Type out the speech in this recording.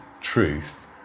truth